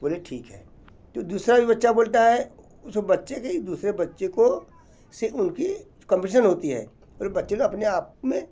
बोले ठीक है तो दूसरा भी बच्चा बोलता है उस बच्चे के एक दूसरे बच्चे को से उनका कम्पटीसन होता है और बच्चे तो अपने आप में